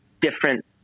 different